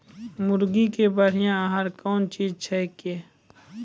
मुर्गी के बढ़िया आहार कौन चीज छै के?